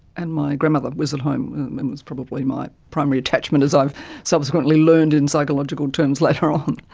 and my grandmother was at home and was probably my primary attachment, as i've subsequently learned in psychological terms later on.